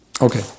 Okay